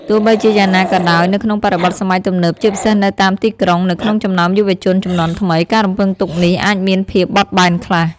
ទោះបីជាយ៉ាងណាក៏ដោយ នៅក្នុងបរិបទសម័យទំនើប ជាពិសេសនៅតាមទីក្រុង និងក្នុងចំណោមយុវជនជំនាន់ថ្មី ការរំពឹងទុកនេះអាចមានភាពបត់បែនខ្លះ។